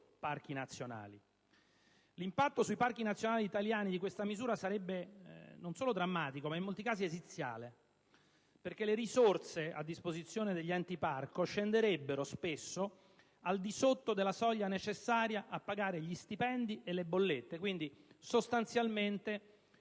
parchi nazionali. L'impatto di questa misura sui parchi nazionali italiani sarebbe non solo drammatico, ma in molti casi esiziale, perché le risorse a disposizione degli enti parco scenderebbero spesso al di sotto della soglia necessaria a pagare gli stipendi e le bollette. Sostanzialmente